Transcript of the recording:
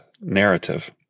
narrative